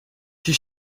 she